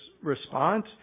response